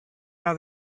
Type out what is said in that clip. how